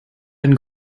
ein